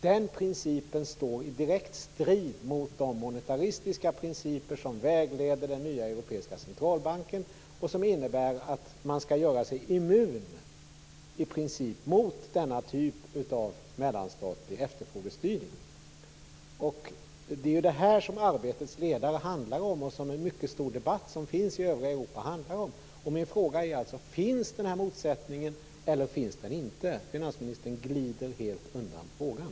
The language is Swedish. Den principen står i direkt strid mot de monetaristiska principer som vägleder den nya europeiska centralbanken och som innebär att man i princip skall göra sig immun mot denna typ av mellanstatlig efterfrågestyrning. Det är det som Arbetets ledare handlar om. Om detta finns det en mycket stor debatt i övriga Europa. Min fråga är alltså: Finns den här motsättningen eller inte? Finansministern glider helt undan frågan.